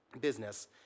business